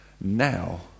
now